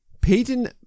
Peyton